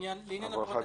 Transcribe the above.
הברחת ביצים למשל.